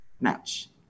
match